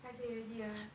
paiseh already ah